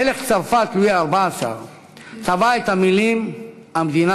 מלך צרפת לואי ה-14 טבע את המילים: "המדינה,